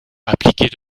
appliqués